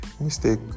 mistake